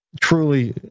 truly